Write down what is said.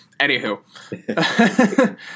anywho